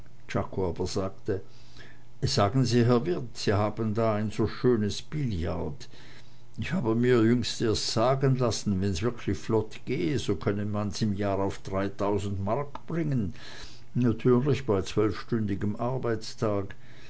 sagte sagen sie herr wirt sie haben da ein so schönes billard ich habe mir jüngst erst sagen lassen wenn's wirklich flott gehe so könne man's im jahr bis auf dreitausend mark bringen natürlich bei zwölfstündigem arbeitstag